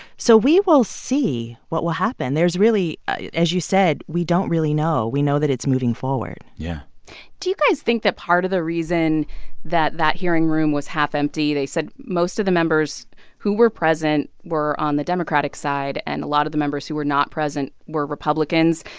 so we will see what will happen. there's really as you said, we don't really know. we know that it's moving forward yeah do you guys think that part of the reason that that hearing room was half empty they said most of the members who were present were on the democratic side. and a lot of the members who were not present were republicans.